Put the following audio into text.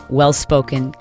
well-spoken